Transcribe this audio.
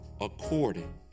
according